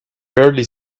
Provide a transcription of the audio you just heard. barely